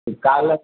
காலையில்